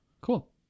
Cool